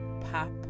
pop